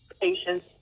patience